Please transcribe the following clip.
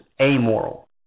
amoral